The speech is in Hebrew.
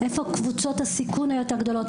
איפה קבוצות הסיכון היותר גדולות,